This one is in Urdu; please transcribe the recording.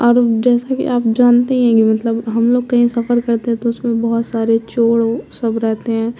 اور جیسا کہ آپ جانتے ہی ہیں کہ مطلب ہم لوگ کہیں سفر کرتے ہیں تو اس میں بہت سارے چور سب رہتے ہیں